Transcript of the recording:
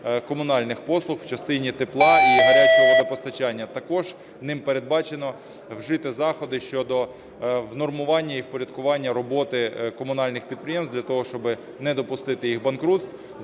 комунальних послуг в частині тепла і гарячого водопостачання. Також ним передбачено вжити заходи щодо внормування і впорядкування роботи комунальних підприємств для того, щоби не допустити їх банкрутств,